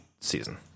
season